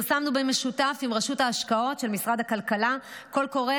פרסמנו במשותף עם רשות ההשקעות של משרד הכלכלה קול קורא